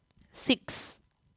six